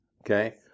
okay